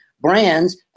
brands